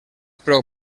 prou